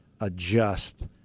adjust